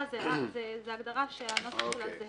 זו הגדרה שהנוסח שלה זהה.